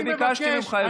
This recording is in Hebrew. וביקשתי ממך יפה.